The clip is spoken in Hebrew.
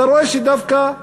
אתה רואה שדווקא היו,